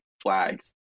flags